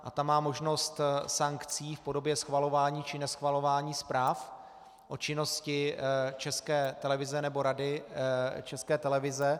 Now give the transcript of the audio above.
A ta má možnost sankcí v podobě schvalování či neschvalování zpráv o činnosti České televize nebo Rady České televize.